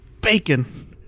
bacon